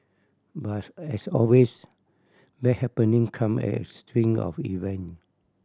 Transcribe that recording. but as always bad happening come as string of event